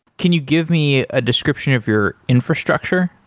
can you give me a description of your infrastructure,